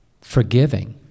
forgiving